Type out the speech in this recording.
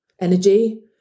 energy